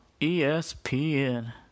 espn